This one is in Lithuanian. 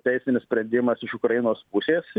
teisinis sprendimas iš ukrainos pusės